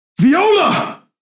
Viola